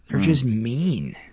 they're just mean.